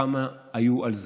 כמה היו על זה.